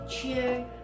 cheer